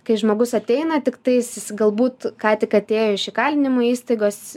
kai žmogus ateina tiktais jis galbūt ką tik atėjo iš įkalinimo įstaigos